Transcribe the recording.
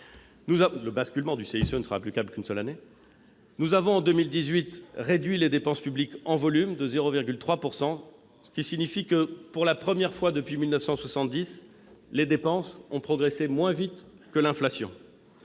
du basculement du CICE, qui ne sera applicable qu'une seule année. Nous avons réduit, en 2018, les dépenses publiques en volume de 0,3 %, ce qui signifie que, pour la première fois depuis 1970, les dépenses ont progressé moins vite que l'inflation.